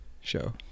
show